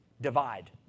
divide